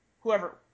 whoever